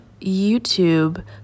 youtube